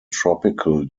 tropical